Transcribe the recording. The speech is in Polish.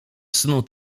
snu